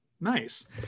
Nice